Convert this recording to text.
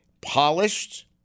polished